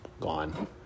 gone